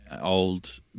old